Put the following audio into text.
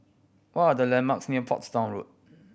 what are the landmarks near Portsdown Road